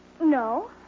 No